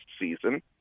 season